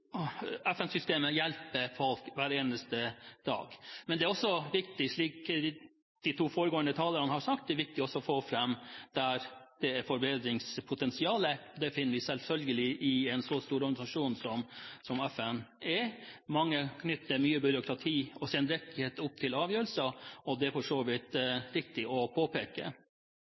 FN-systemet hjelper folk hver eneste dag. Men det er også viktig å peke på, som de to foregående talerne har sagt, de områdene hvor det er forbedringspotensial. Det finner vi selvfølgelig i en så stor organisasjon som FN. Mange knytter mye byråkrati og sendrektighet til avgjørelser, og det er det for så vidt riktig å påpeke.